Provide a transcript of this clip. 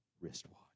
wristwatch